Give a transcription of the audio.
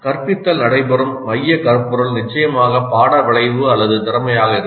கற்பித்தல் நடைபெறும் மையக் கருப்பொருள் நிச்சயமாக பாட விளைவு அல்லது திறமையாக இருக்கும்